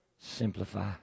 Simplify